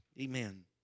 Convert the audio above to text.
Amen